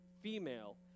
female